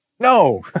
no